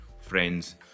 friends